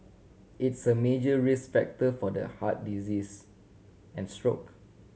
it's a major risk factor for the heart disease and stroke